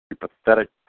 Pathetic